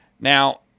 Now